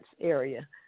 area